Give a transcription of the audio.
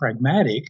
pragmatic